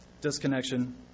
disconnection